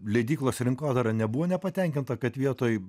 leidyklos rinkodara nebuvo nepatenkinta kad vietoj